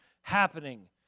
happening